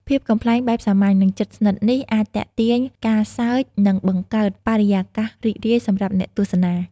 ភាពកំប្លែងបែបសាមញ្ញ និងជិតស្និទ្ធនេះ អាចទាក់ទាញការសើច និង បង្កើតបរិយាកាសរីករាយសម្រាប់អ្នកទស្សនា។